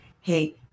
hey